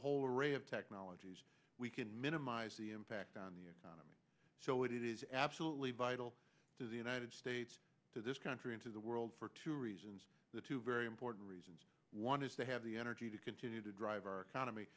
whole array of technologies we can minimize the impact on the economy so it is absolutely vital to the united states to this country into the world for two reasons the two very important reasons one is to have the energy to continue to drive our economy